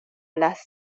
las